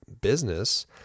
business